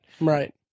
Right